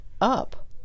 up